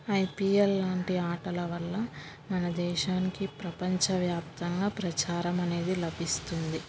IPL లాంటి ఆటల వల్ల మన దేశానికి ప్రపంచవ్యాప్తంగా ప్రచారం అనేది లభిస్తుంది